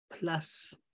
plus